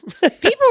People